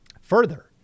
Further